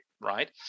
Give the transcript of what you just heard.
right